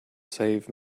save